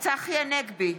צחי הנגבי,